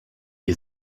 you